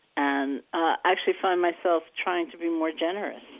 and i actually find myself trying to be more generous,